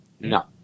No